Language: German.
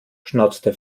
schnauzte